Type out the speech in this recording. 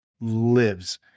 lives